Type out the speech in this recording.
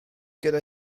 gyda